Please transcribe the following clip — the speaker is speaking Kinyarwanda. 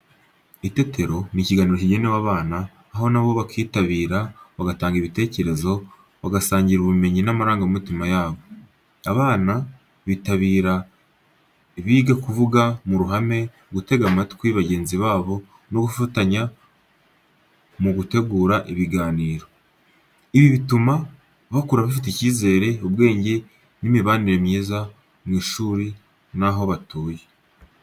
Itetero ni ikiganiro kigenewe abana, aho na bo bakitabira bagatanga ibitekerezo, bagasangira ubumenyi n’amarangamutima yabo. Abana bitabira biga kuvuga mu ruhame, gutega amatwi bagenzi babo no gufatanya mu gutegura ikiganiro. Ibi bituma bakura bafite icyizere, ubwenge n’imibanire myiza mu ishuri n'aho batuye.